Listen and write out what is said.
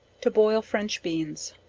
to boil french beans.